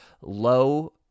low